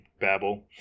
babble